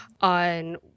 on